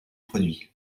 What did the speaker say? produit